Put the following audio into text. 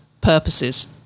purposes